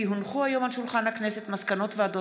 כי הונחו היום על שולחן הכנסת מסקנות ועדת